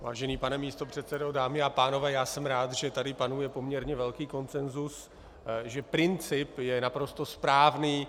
Vážený pane místopředsedo, dámy a pánové, já jsem rád, že tady panuje poměrně velký konsensus, že princip je naprosto správný.